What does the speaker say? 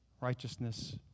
righteousness